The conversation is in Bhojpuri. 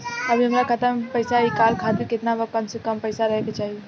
अभीहमरा खाता मे से पैसा इ कॉल खातिर केतना कम से कम पैसा रहे के चाही?